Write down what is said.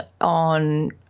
on